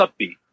upbeat